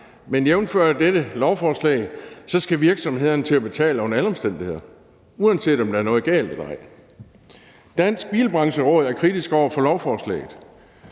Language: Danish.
Men ifølge dette lovforslag skal virksomheden til at betale under alle omstændigheder, uanset om der er noget galt eller ej. Dansk Bilbrancheråd er kritisk over for lovforslaget.